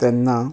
तेन्ना